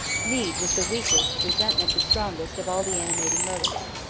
need was the weakest, resentment the strongest of all the animating motives.